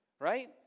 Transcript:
Right